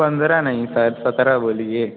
पंद्रह नहीं सर सत्रह बोलिए